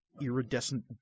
iridescent